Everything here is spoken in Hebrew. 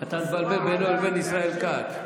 אתה מבלבל בינו לבין ישראל כץ.